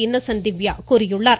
Innocent Divya கூறியுள்ளார்